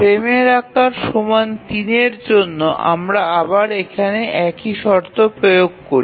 ফ্রেমের আকার ৩এর জন্য আমরা আবার এখানে একই শর্ত প্রয়োগ করি